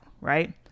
Right